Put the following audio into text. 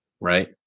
Right